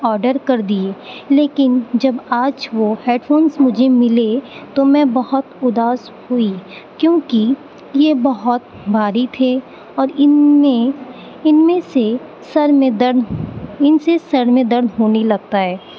order کردیے لیکن جب آج وہ ہیڈ فونس مجھے ملے تو میں بہت اداس ہوئی کیونکہ یہ بہت بھاری تھے اور ان میں ان میں سے سر میں درد ان سے سر میں درد ہونے لگتا ہے